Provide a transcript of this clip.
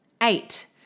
Eight